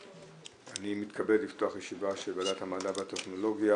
אני מתכבד לפתוח ישיבה של ועדת המדע והטכנולוגיה.